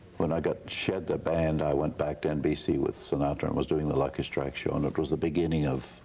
when i shed the band i went back to nbc with sinatra and was doing the lucky strike show and it was the beginning of